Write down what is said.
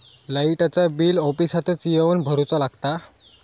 लाईटाचा बिल ऑफिसातच येवन भरुचा लागता?